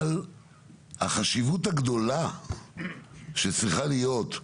אבל החשיבות הגדולה שצריכה להיות,